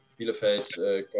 Bielefeld